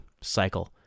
cycle